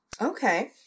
Okay